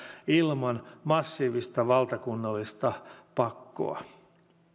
ilman massiivista valtakunnallista pakkoa